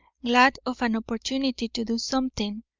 glad of an opportunity to do something,